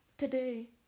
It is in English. Today